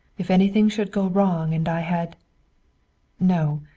if anything should go wrong and i had no.